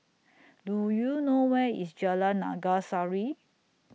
Do YOU know Where IS Jalan Naga Sari